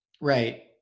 Right